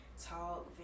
talk